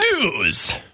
News